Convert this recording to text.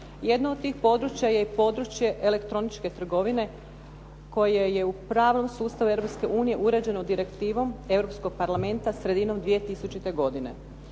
Jedno od tih područja je i područje elektroničke trgovine koje je u pravnom sustavu Europske unije uređeno Direktivom Europskog parlamenta sredinom 2000. godine.